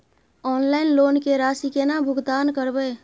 Online loan के राशि केना भुगतान करबे?